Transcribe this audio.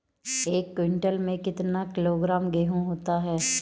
एक क्विंटल में कितना किलोग्राम गेहूँ होता है?